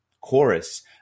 chorus